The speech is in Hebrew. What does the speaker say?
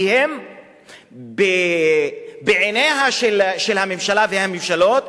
כי בעיניה של הממשלה והממשלות,